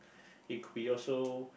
it could be also